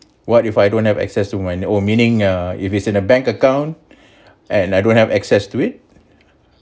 what if I don't have access to mine oh meaning uh if it's in a bank account and I don't have access to it